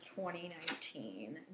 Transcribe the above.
2019